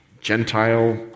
Gentile